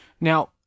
Now